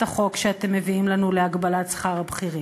החוק שאתם מביאים לנו להגבלת שכר הבכירים,